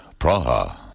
Praha